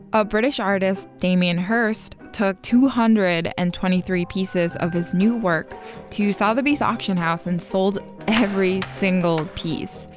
a british artist, damien hirst, took two hundred and twenty three pieces of his new work to sotheby's auction house and sold every single piece.